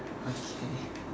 okay